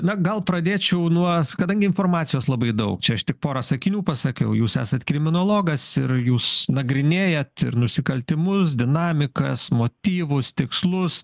na gal pradėčiau nuo kadangi informacijos labai daug čia aš tik porą sakinių pasakiau jūs esat kriminologas ir jūs nagrinėjat ir nusikaltimus dinamikas motyvus tikslus